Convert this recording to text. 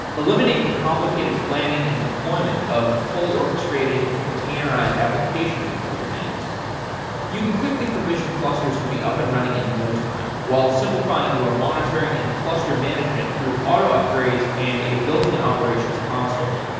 eliminate the complicated planning and deployment of fully orchestrated containerized applications with kubernetes you can quickly provision clusters to be up and running in no time while simplifying your monitoring and cluster management through auto upgrades and a built in operations console.